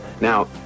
Now